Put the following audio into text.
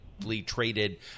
traded